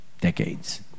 decades